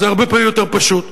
זה הרבה פעמים יותר פשוט.